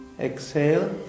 Exhale